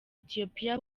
ethiopia